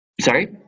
Sorry